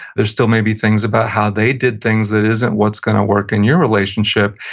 there's still maybe things about how they did things that isn't what's going to work in your relationship,